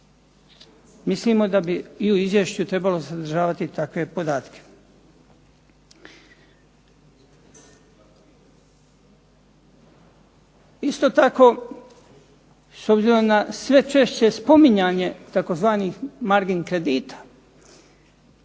Mislimo da bi ili izvješće trebalo sadržavati takve podatke. Isto tako, s obzirom na sve češće spominjanje tzv. margin kredita